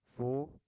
four